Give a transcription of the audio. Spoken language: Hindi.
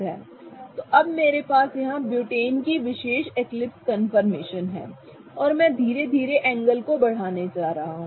तो अब मेरे पास यहां ब्यूटेन की विशेष एक्लिप्स कन्फर्मेशन है और मैं धीरे धीरे एंगल को बढ़ाने जा रहा हूं